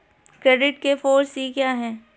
Credit के four C क्या हैं?